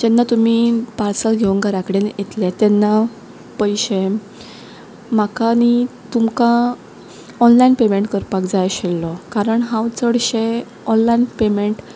जेन्ना तुमी पार्सल घेवन घरा कडेन येतले तेन्ना पयशे म्हाका न्ही तुमकां ऑनलायन पेमेंट करपाक जाय आशिल्लो कारण हांव चडशें ऑनलायन पेमेंट